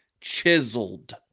chiseled